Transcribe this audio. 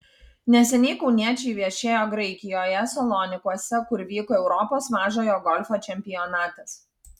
neseniai kauniečiai viešėjo graikijoje salonikuose kur vyko europos mažojo golfo čempionatas